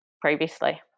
previously